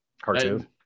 cartoon